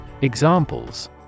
Examples